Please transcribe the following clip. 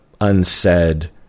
unsaid